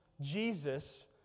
Jesus